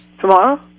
Tomorrow